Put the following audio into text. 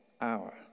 hour